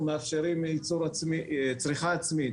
אנחנו מאפשרים צריכה עצמית,